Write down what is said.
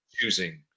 choosing